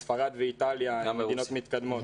בספרד ואיטליה המדינות מתקדמות.